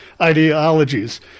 ideologies